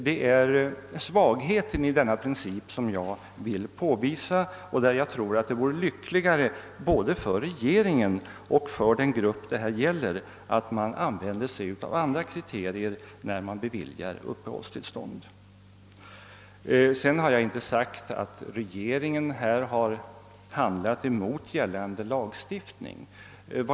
Det är svagheten i denna princip som jag. vill påvisa. Jag tror att det vore lyckligare både för regeringen och för den grupp det gäller om man använde sig av andra kriterier för att bevilja uppehållstillstånd. Jag har inte sagt att regeringen handlat mot gällande lagstiftning.